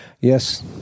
Yes